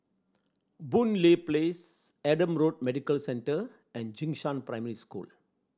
Boon Lay Place Adam Road Medical Centre and Jing Shan Primary School